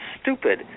stupid